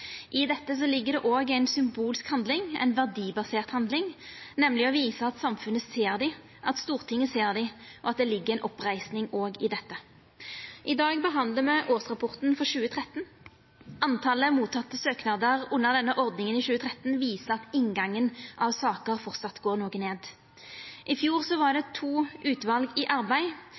I dette ligg det òg ei symbolsk handling, ei verdibasert handling, nemleg å visa at samfunnet ser dei, at Stortinget ser dei, at det òg ligg ei oppreising i dette. I dag behandlar me årsrapporten for 2013. Talet på mottekne søknadar under denne ordninga i 2013 viser at inngangen av saker fortsatt går noko ned. I fjor var det to utval i arbeid,